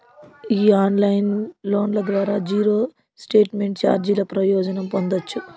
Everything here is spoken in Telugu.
ఈ ఆన్లైన్ లోన్ల ద్వారా జీరో స్టేట్మెంట్ చార్జీల ప్రయోజనం పొందచ్చు